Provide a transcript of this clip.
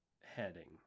heading